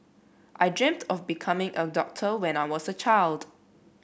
I dreamt of becoming a doctor when I was a child